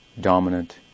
dominant